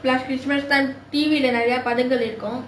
plus christmas time T_V leh நிறையா படங்கள் இருக்கும்:niraiyaa padangal irukkum